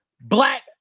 Black